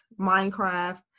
minecraft